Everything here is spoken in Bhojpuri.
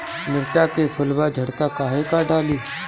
मिरचा के फुलवा झड़ता काहे का डाली?